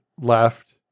left